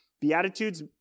Beatitudes